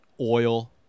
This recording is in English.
oil